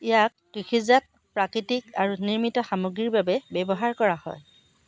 ইয়াক কৃষিজাত প্ৰাকৃতিক আৰু নিৰ্মিত সামগ্ৰীৰ বাবে ব্যৱহাৰ কৰা হয়